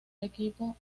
equipo